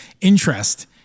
interest